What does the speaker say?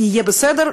יהיה בסדר,